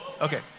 Okay